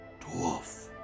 dwarf